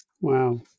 Wow